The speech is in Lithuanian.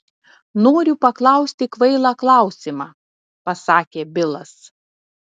noriu paklausti kvailą klausimą pasakė bilas